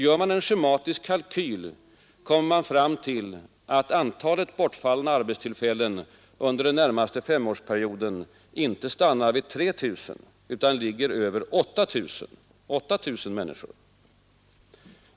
Gör man en schematisk kalkyl kommer man fram till att antalet bortfallna arbetstillfällen under den närmaste femårsperioden inte stannar vid 3 000 utan ligger på över 8 000 människor.